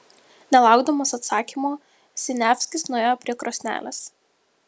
nelaukdamas atsakymo siniavskis nuėjo prie krosnelės